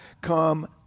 come